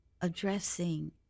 addressing